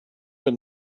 been